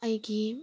ꯑꯩꯒꯤ